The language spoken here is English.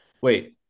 Wait